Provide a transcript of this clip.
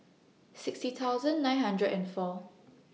sixty thousand nine hundred and four